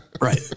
Right